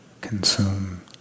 consume